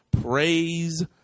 Praise